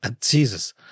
Jesus